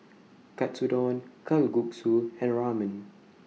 Katsudon Kalguksu and Ramen